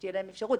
שתהיה להם אפשרות.